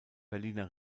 berliner